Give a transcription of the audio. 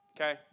Okay